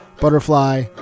Butterfly